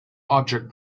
object